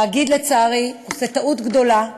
התאגיד, לצערי, עושה טעות גדולה,